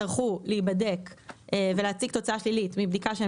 להיבדק ולהציג תוצאה שלילית מבדיקה שהם